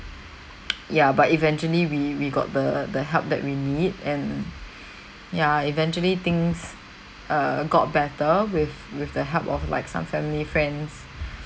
ya but eventually we we got the the help that we need and ya eventually things err got better with with the help of like some family friends